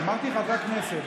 אמרתי "חברי הכנסת".